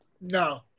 no